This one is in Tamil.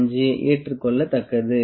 25 ஏற்றுக்கொள்ளத்தக்கது